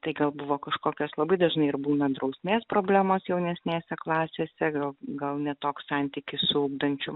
tai gal buvo kažkokios labai dažnai ir būna drausmės problemos jaunesnėse klasėse gal gal ne toks santykis su ugdančiu